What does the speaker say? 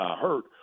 hurt